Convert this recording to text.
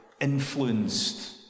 influenced